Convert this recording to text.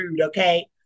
okay